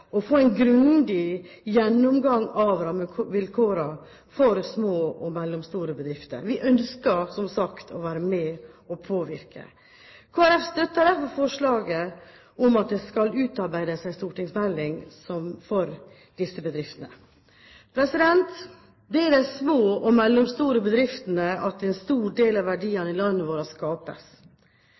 å få en grundig gjennomgang av rammevilkårene for små og mellomstore bedrifter. Vi ønsker, som sagt, å være med og påvirke. Kristelig Folkeparti støtter derfor forslaget om at det skal utarbeides en stortingsmelding når det gjelder disse bedriftene. Det er i de små og mellomstore bedriftene en stor del av verdiene i landet vårt skapes.